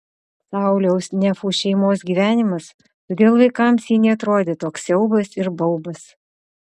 sauliaus nefų šeimos gyvenimas todėl vaikams ji neatrodė joks siaubas ir baubas